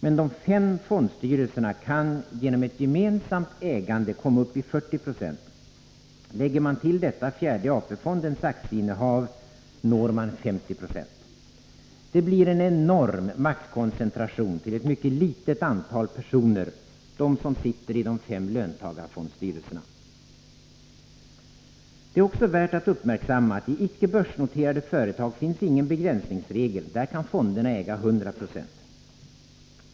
Men de fem fondstyrelserna kan genom ett gemensamt agerande komma upp i 40 90, och lägger man till detta fjärde AP-fondens aktieinnehav når man 50 96. Detta blir en enorm maktkoncentration till ett mycket litet antal personer, nämligen de som sitter i de fem löntagarfondsstyrelserna. Det är också värt att uppmärksamma att i icke-börsnoterade företag finns ingen begränsningsregel — där kan fonderna äga 100 96.